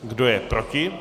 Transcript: Kdo je proti?